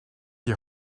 die